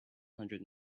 hundred